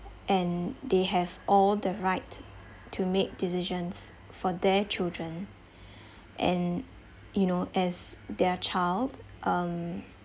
and they have all the right to make decisions for their children and you know as their child um